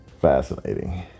Fascinating